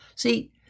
See